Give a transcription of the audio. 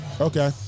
Okay